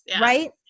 Right